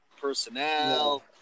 personnel